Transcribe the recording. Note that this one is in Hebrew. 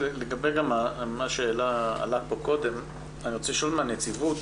לגבי מה שעלה פה קודם, אני רוצה את מיכל מהנציבות.